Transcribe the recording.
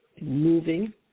moving